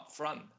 upfront